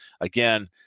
again